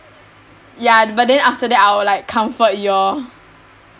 ya but then after that I will like comfort you all